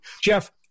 Jeff